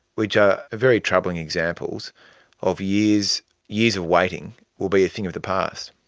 which are very troubling examples of years years of waiting, will be a thing of the past.